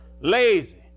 lazy